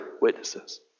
witnesses